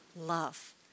love